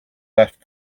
left